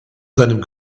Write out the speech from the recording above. seinem